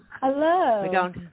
Hello